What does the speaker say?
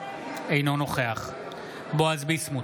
אינו נוכח בועז ביסמוט,